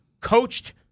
coached